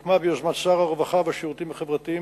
הוקמה ביוזמת שר הרווחה והשירותים החברתיים,